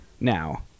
now